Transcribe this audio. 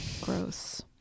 gross